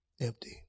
Empty